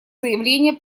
заявление